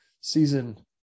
season